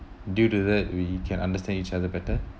due to that we can understand each other better